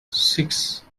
six